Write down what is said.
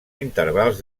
intervals